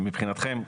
מבחינתכם,